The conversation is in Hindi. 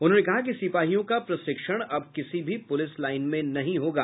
उन्होंने कहा कि सिपाहियों का प्रशिक्षण अब किसी भी पुलिस लाईन में नहीं होगा